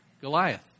Goliath